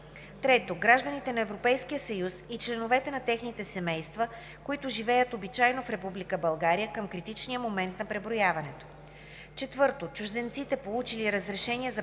3. гражданите на Европейския съюз и членовете на техните семейства, които живеят обичайно в Република България към критичния момент на преброяването; 4. чужденците, получили разрешение за пребиваване